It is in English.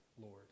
Lord